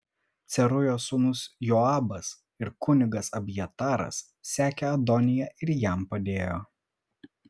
cerujos sūnus joabas ir kunigas abjataras sekė adoniją ir jam padėjo